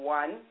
one